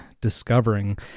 discovering